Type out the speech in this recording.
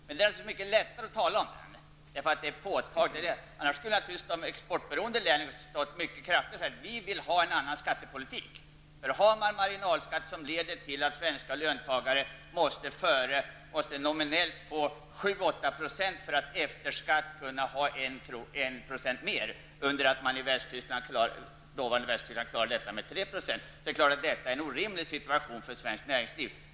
Men det är mycket lättare att tala om den, eftersom den är påtaglig. Annars skulle naturligtvis de exportberoende länen ta i mycket kraftigt och säga att de vill ha en annan skattepolitik. Har man en marginalskatt som leder till att svenska löntagare måste få 7--8 % nominellt i ökad lön för att efter skatt ha 1 % mer, medan man i dåvarande Västtyskland klarade detta med 3 % i ökad lön, är det klart att detta är en orimlig situation för svenskt näringsliv.